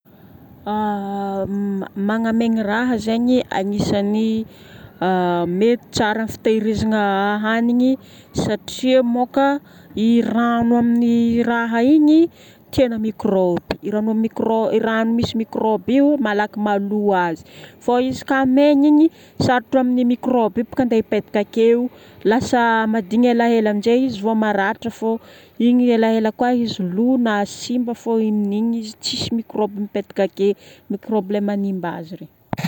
Magnamaigna raha zegny agnisan'ny mety tsara amin'ny fitehirizana hanigny satria moka i rano amin'ny raha igny tiana microbe. Io rano amin'ny microbe, io rano misy microbe io malaky mahalò azy. Fô izy ka maigny igny sarotro amin'io microbe io boko handeha hipetaka akeo, lasa mahadigny elaela aminjay izy vô maratra. Igny elaela koa izy lò na simba fô inoninona izy tsy microbe mipetaka ake, ny problème hanimba azy re